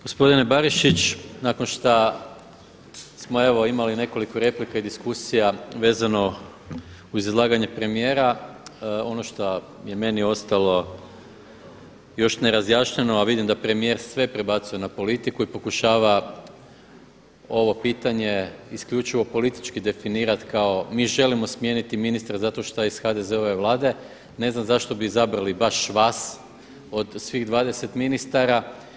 Gospodine Barišić, nakon šta smo imali nekoliko replika i diskusija vezano uz izlaganje premijera ono šta je meni ostalo još nerazjašnjeno, a vidim da premijer sve prebacuje na politiku i pokušava ovo pitanje isključivo politički definirati kao mi želim smijeniti ministra zato šta je iz HDZ-ove vlade, ne znam zašto bi izabrali baš vas od svih 20 ministara.